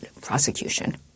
prosecution